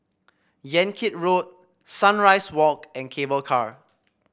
Yan Kit Road Sunrise Walk and Cable Car